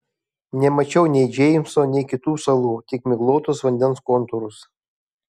nemačiau nei džeimso nei kitų salų tik miglotus vandens kontūrus